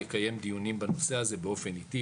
יקיים דיונים בנושא הזה באופן עיתי,